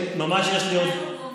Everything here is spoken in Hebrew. יש לי עוד,